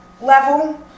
level